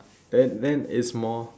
then then it's more